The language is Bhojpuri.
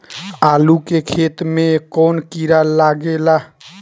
आलू के खेत मे कौन किड़ा लागे ला?